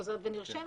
חוזרת ונרשמת,